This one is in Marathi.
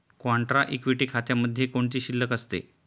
कॉन्ट्रा इक्विटी खात्यामध्ये कोणती शिल्लक असते?